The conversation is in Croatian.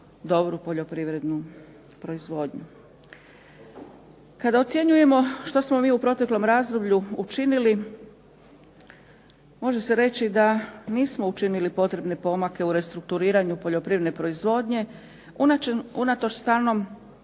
dobru poljoprivrednu proizvodnju. Kad ocjenjujemo što smo mi u proteklom razdoblju učinili može se reći da nismo učinili potrebne pomake u restrukturiranju poljoprivredne proizvodnje unatoč stalnom povećanju